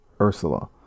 Ursula